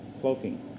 cloaking